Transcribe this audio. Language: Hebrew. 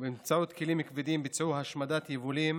ובאמצעות כלים כבדים ביצעו השמדת יבולים